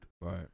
Right